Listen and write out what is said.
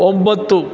ಒಂಬತ್ತು